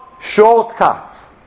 shortcuts